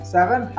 Seven